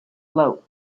float